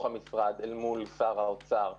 תוך גיבוש פעולה פרטנית,